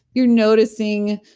you're noticing,